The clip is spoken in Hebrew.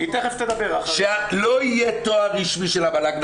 לא יהיה תואר רשמי של המל"ג,